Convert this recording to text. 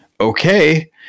Okay